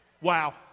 Wow